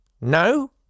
No